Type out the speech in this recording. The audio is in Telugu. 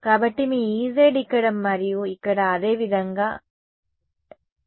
కాబట్టి మీ Ez ఇక్కడ మరియు ఇక్కడ అదే విధంగా ఇక్కడ మరియు ఇక్కడ కనిపిస్తుంది